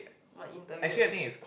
must interview also